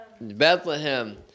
Bethlehem